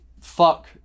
fuck